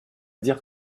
dire